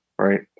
right